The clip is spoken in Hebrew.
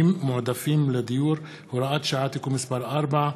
מועדפים לדיור (הוראת שעה) (תיקון מס' 4),